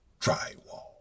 drywall